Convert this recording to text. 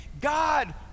God